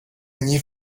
они